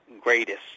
greatest